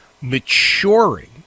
maturing